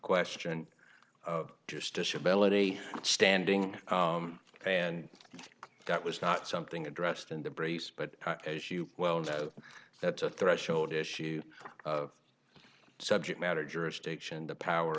question of just disability standing and that was not something addressed in the brace but as you well know that's a threshold issue subject matter jurisdiction the power